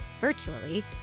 virtually